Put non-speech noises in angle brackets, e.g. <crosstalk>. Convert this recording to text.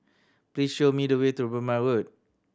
please show me the way to <unintelligible> Road